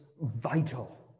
vital